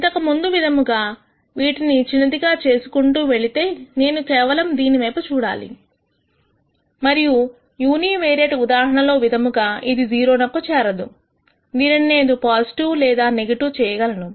ఇంతకుముందు విధముగా వీటిని చిన్నదిగా చేసుకుంటూ వెళితే నేను కేవలం దీని వైపు చూడాలి మరియు యూని వేరియేట్ ఉదాహరణలో విధముగా ఇది 0 నకు చేరదు దీనిని నేను పాజిటివ్ లేదా నెగటివ్ చేయగలను